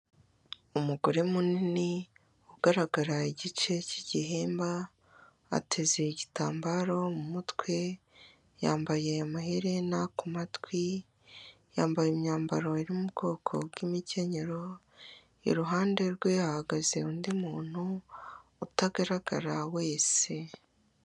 Umugore munini ugaragara igice cy'igihimba, ateze igitambaro mu mutwe, yambaye amaherena ku matwi, yambaye imyambaro iri mu bwoko bw'imikenyero, iruhande rwe hahagaze undi muntu utagaragara wese.